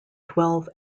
twelve